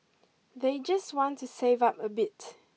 they just want to save up a bit